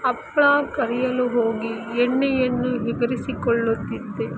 ಅಪ್ಪ ಕರಿಯಲು ಹೋಗಿ ಎಣ್ಣೆಯನ್ನು ಎಗರಿಸಿಕೊಳ್ಳುತ್ತಿದ್ದೆ